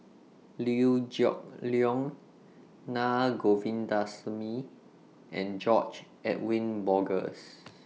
Liew Geok Leong Naa Govindasamy and George Edwin Bogaars